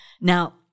Now